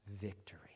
victory